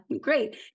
great